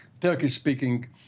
Turkish-speaking